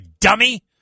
dummy